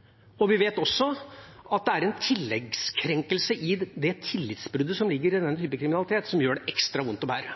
relasjonene. Vi vet også at det er en tilleggskrenkelse i det tillitsbruddet som ligger i denne typen kriminalitet, som gjør det ekstra vondt å bære.